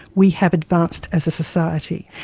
we have advanced as a society.